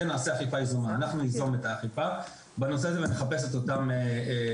אנחנו ניזום את האכיפה בנושא הזה ונחפש את אותם סוכנים.